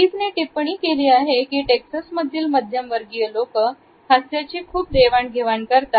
पीजने टिपणी केली आहे की टेक्सासमधील मध्यमवर्गीय लोक हास्याची खूप देवाण घेवाण करतात